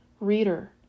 Reader